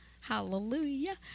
Hallelujah